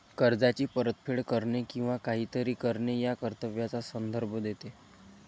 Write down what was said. कर्जाची परतफेड करणे किंवा काहीतरी करणे या कर्तव्याचा संदर्भ देते